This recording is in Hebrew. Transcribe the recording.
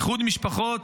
איחוד משפחות,